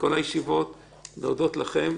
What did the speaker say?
אני רוצה להודות לכם.